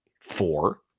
Four